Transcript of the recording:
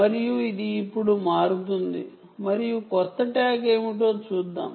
మరియు ఇది ఇప్పుడు మారుతుంది మరియు క్రొత్త ట్యాగ్ ఏమిటో చూద్దాం